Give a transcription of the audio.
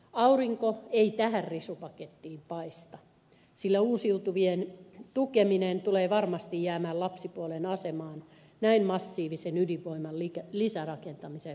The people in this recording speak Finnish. aurinko ei tähän risupakettiin paista sillä uusiutuvien tukeminen tulee varmasti jäämään lapsipuolen asemaan näin massiivisen ydinvoiman lisärakentamisen rinnalla